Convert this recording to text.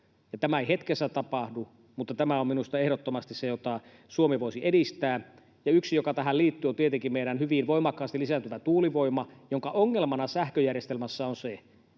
tämä ei hetkessä tapahdu, mutta tämä on minusta ehdottomasti se, mitä Suomi voisi edistää. Ja yksi, mikä tähän liittyy, on tietenkin meillä hyvin voimakkaasti lisääntyvä tuulivoima, jonka ongelmana sähköjärjestelmässä on se,